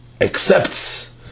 accepts